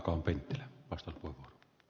arvoisa puhemies